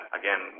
again